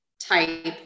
type